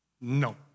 no